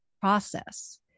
process